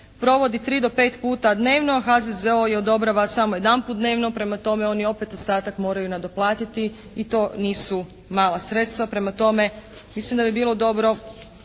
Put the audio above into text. provodi 3 do 5 puta dnevno. HZZO je odobrava samo jedanput dnevno. Prema tome oni opet ostatak moraju nadoplatiti i to nisu mala sredstva.